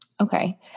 Okay